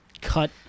cut